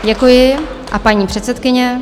Děkuji a paní předsedkyně.